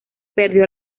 perdió